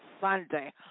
Sunday